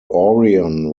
orion